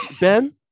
Ben